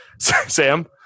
Sam